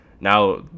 Now